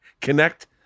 connect